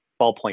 ballpoint